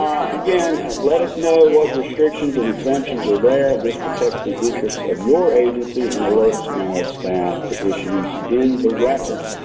again, let us know what restrictions and exemptions are there. this protects the interests of your agency and alerts nara staff to issues in the records.